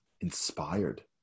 inspired